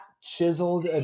Chiseled